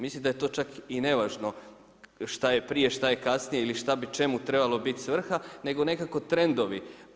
Mislim da je to čak i nevažno šta je prije, šta je kasnije ili šta bi čemu trebalo biti svrha nego nekako trendovi.